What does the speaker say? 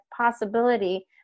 possibility